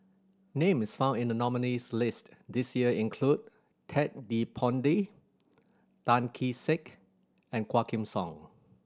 names found in the nominees' list this year include Ted De Ponti Tan Kee Sek and Quah Kim Song